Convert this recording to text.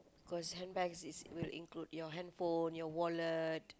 cause handbags is will include your handphone your wallet